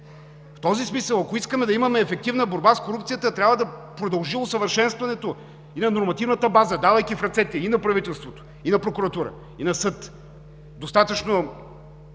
В този смисъл, ако искаме да имаме ефективна борба с корупцията, трябва да продължи усъвършенстването и на нормативната база, давайки в ръцете и на правителство, и на прокуратура, и на съд,